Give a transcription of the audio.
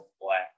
black